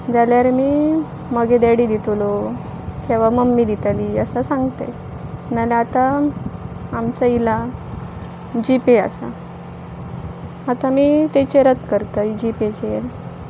जाल्यार मी मगेर डॅडी दितलो किंवा मम्मी दितली आसां सांगतय नाजाल्यार आतां आमचो इला जी पे आसा आतां आमी तेचेरच करत जी पेचेर